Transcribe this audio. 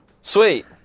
Sweet